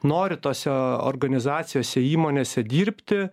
nori tose organizacijose įmonėse dirbti